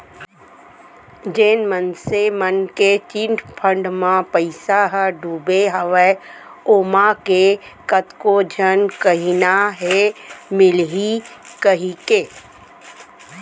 जेन मनसे मन के चिटफंड म पइसा ह डुबे हवय ओमा के कतको झन कहिना हे मिलही कहिके